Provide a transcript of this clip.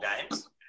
games